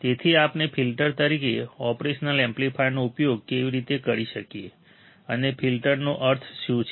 તેથી આપણે ફિલ્ટર તરીકે ઓપરેશનલ એમ્પ્લીફાયરનો ઉપયોગ કેવી રીતે કરી શકીએ અને ફિલ્ટરનો અર્થ શું છે